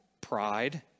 pride